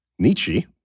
Nietzsche